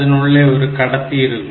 அதனுள்ளே ஒரு கடத்தி இருக்கும்